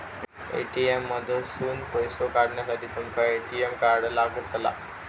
ATM मधसून पैसो काढूसाठी तुमका ए.टी.एम कार्ड लागतला